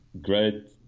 Great